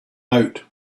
out